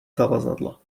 zavazadla